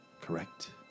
correct